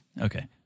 Okay